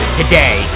today